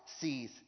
sees